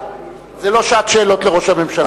זו לא שעת שאלות לראש הממשלה.